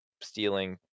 stealing